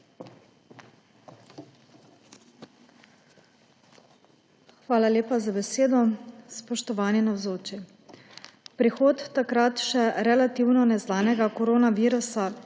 Hvala lepa za besedo. Spoštovani navzoči! Prihod takrat še relativno neznanega koronavirusa